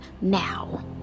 now